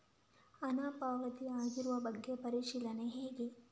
ಹಣ ಪಾವತಿ ಆಗಿರುವ ಬಗ್ಗೆ ಪರಿಶೀಲನೆ ಹೇಗೆ?